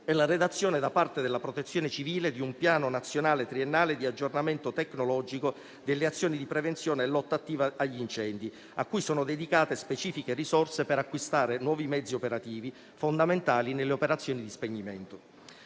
e la redazione da parte della Protezione civile di un Piano nazionale triennale di aggiornamento tecnologico delle azioni di prevenzione e lotta attiva agli incendi, cui sono dedicate specifiche risorse per acquistare nuovi mezzi operativi fondamentali nelle operazioni di spegnimento.